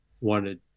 wanted